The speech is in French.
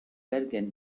bergen